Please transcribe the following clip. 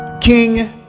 king